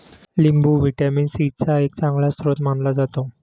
लिंबू vitamin C चा एक चांगला स्रोत मानला जातो